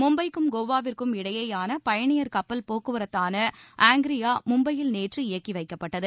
மும்பைக்கும் கோவாவிற்கும் இடையேயான பயனியர் கப்பல் போக்குவரத்தான ஆங்கிரியா மும்பையில் நேற்று இயக்கி வைக்கப்பட்டது